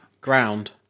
ground